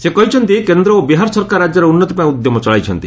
ସେ କହିଛନ୍ତି କେନ୍ଦ୍ର ଓ ବିହାର ସରକାର ରାଜ୍ୟର ଉନ୍ନତି ପାଇଁ ଉଦ୍ୟମ ଚଳାଇଛନ୍ତି